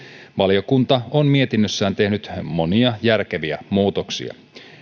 valiokunta on mietinnössään tehnyt monia järkeviä muutoksia